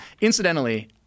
Incidentally